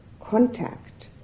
contact